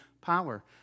power